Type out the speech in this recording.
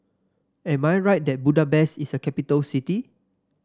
am I right that Budapest is a capital city